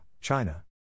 China